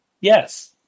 Yes